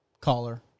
Caller